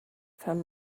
found